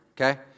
okay